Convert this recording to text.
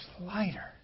lighter